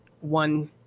one